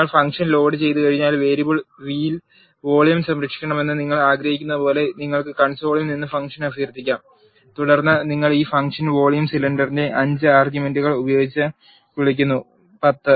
നിങ്ങൾ ഫംഗ്ഷൻ ലോഡുചെയ്തുകഴിഞ്ഞാൽ variable v ൽ വോളിയം സംരക്ഷിക്കണമെന്ന് നിങ്ങൾ ആഗ്രഹിക്കുന്നതുപോലെ നിങ്ങൾക്ക് കൺസോളിൽ നിന്ന് ഫംഗ്ഷൻ അഭ്യർത്ഥിക്കാം തുടർന്ന് നിങ്ങൾ ഈ ഫംഗ്ഷൻ വോളിയം സിലിണ്ടറിനെ 5 ആർഗ്യുമെന്റുകൾ ഉപയോഗിച്ച് വിളിക്കുന്നു 10